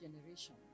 generation